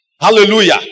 Hallelujah